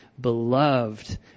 beloved